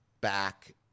back